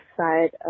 side